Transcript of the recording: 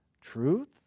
truth